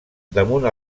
damunt